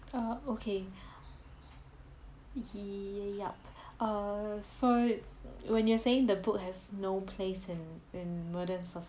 prose okay yup err so when you are saying the book has no place in in modern so